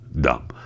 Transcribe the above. Dumb